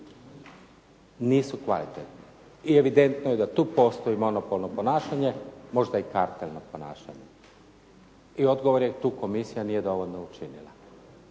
nisu kvalitetni. I evidentno je da tu postoji monopolno ponašanje, možda i kartelno ponašanje. I odgovor je tu, komisija nije dovoljno učinila.